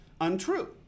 untrue